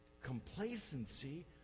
complacency